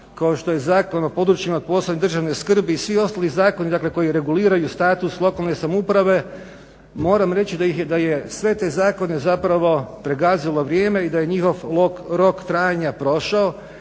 kao što je Zakon o PPDS-u i svi ostali zakoni koji reguliraju status lokalne samouprave, moram reći da je sve te zakone zapravo pregazilo vrijeme i da je njihov rok trajanja prošao,